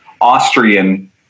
Austrian